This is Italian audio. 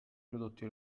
prodotti